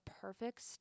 perfect